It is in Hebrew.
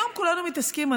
היום כולנו מתעסקים,